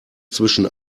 zwischen